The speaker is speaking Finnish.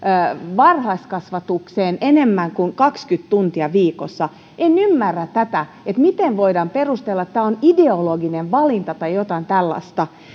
varhaiskasvatukseen enemmän kuin kaksikymmentä tuntia viikossa en ymmärrä tätä miten voidaan perustella että tämä on ideologinen valinta tai jotain tällaista